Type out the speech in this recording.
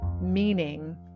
meaning